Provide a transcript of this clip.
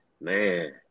man